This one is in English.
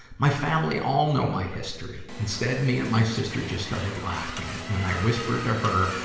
my family all know my history. instead, me and my sister just started laughing, and i whispered to her,